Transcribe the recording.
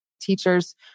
teachers